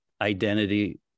identity